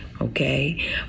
Okay